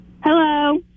hello